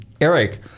Eric